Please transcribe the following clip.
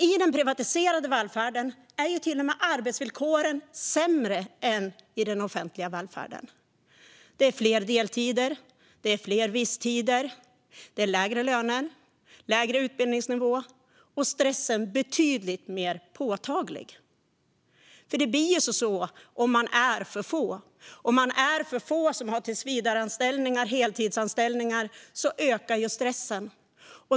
I den privatiserade välfärden är arbetsvillkoren till och med sämre än de är i den offentliga välfärden. Det är fler deltider, fler visstider, lägre löner och lägre utbildningsnivå, och stressen är betydligt mer påtaglig. Det blir ju så om man är för få. Om det är för få som har tillsvidareanställningar och heltidsanställningar ökar stressen.